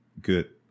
good